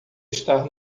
estar